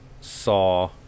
saw